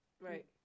Right